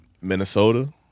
Minnesota